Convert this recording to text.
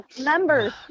Members